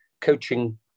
coaching